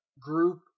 group